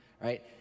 right